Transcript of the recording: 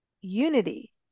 unity